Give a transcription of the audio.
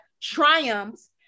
triumphs